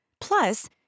Plus